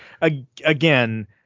again